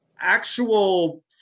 actual